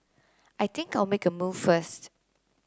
I think I'll make a move first